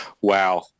Wow